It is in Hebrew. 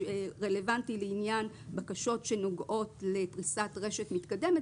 רלוונטי לעניין בקשות שנוגעות לפריסת רשת מתקדמת,